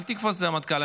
אל תקפוץ לרמטכ"ל.